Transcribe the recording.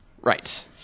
Right